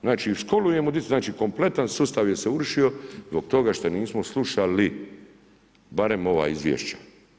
Znači školujemo djecu, znači kompletan sustav je se urušio, zbog toga što nismo slušali, barem ova izvješća.